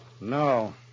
No